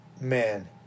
man